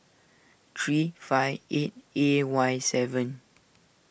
three five eight A Y seven